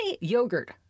Yogurt